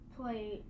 play